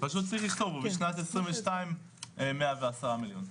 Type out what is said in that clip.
פשוט צריך לכתוב פה: בשנת 2022 110 מיליון.